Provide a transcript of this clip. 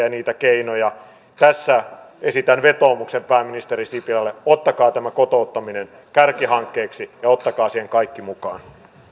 ja niitä keinoja tässä esitän vetoomuksen pääministeri sipilälle ottakaa tämä kotouttaminen kärkihankkeeksi ja ottakaa siihen kaikki mukaan